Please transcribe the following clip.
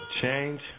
change